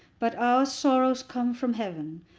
but our sorrows come from heaven,